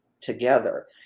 together